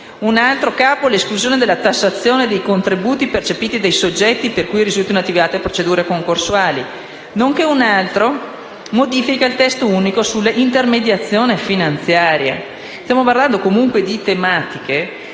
parla di esclusione dalla tassazione dei contributi percepiti dai soggetti per cui risultino attivate procedure concorsuali, nonché, in un altro Capo, si modifica il testo unico sulla intermediazione finanziaria. Stiamo parlando di tematiche